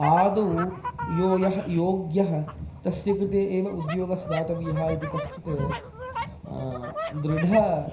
आदौ यो यः योग्यः तस्य कृते एव उद्योगः दातव्यः इति कश्चित् दृढ